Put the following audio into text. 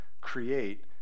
create